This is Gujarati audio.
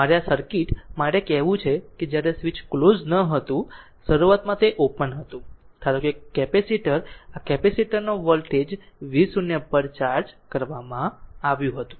મારે આ સર્કિટ માટે કહેવું છે કે જ્યારે સ્વીચ ક્લોઝ ન હતું શરૂઆતમાં તે ઓપન હતું ધારો કે કેપેસિટર આ કેપેસિટર નો વોલ્ટેજ v0 પર ચાર્જ કરવામાં આવ્યું હતું